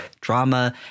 drama